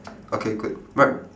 okay good right